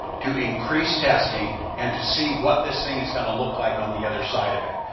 to increase testing and to see what this thing is going to look like on the other side of it.